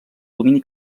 domini